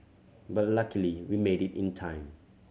but luckily we made it in time